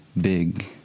big